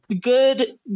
Good